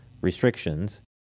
restrictions